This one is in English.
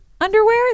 underwear